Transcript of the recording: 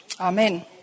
Amen